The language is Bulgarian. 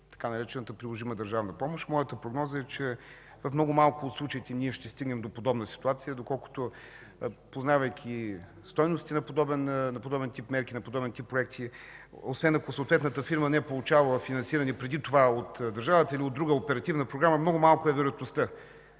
така наречената приложима държавна помощ. Моята прогноза е, че в много малко от случаите ние ще стигнем до подобна ситуация, доколкото, познавайки стойностите на подобен тип мерки, на подобен тип проекти, освен ако съответната фирма не е получавала финансиране преди това от държавата или от друга оперативна програма, много малка е вероятността